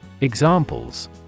Examples